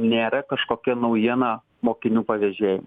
nėra kažkokia naujiena mokinių pavežėjai